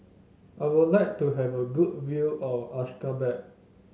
I would like to have a good view of Ashgabat